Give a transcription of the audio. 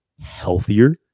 healthier